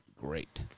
great